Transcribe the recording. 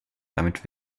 damit